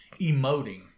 emoting